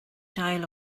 dial